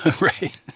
right